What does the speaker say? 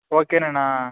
ఓకేనేనా